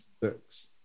books